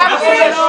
תיקו זה הפסד.